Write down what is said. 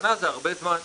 שנה זה הרבה זמן,